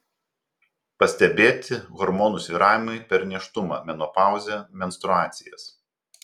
pastebėti hormonų svyravimai per nėštumą menopauzę menstruacijas